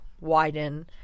widen